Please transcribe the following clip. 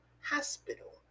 hospital